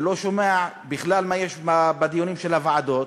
ולא שומע בכלל מה קורה בדיונים של הוועדות.